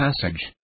passage